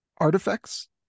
artifacts